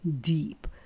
deep